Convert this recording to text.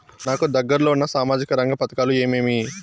నాకు దగ్గర లో ఉన్న సామాజిక రంగ పథకాలు ఏమేమీ?